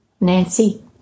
Nancy